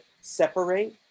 separate